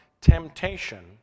temptation